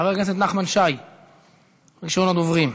הצעות לסדר-היום מס' 3954,